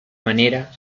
manera